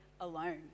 alone